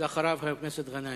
ואחריו, חבר הכנסת מסעוד גנאים.